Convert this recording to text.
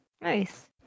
Nice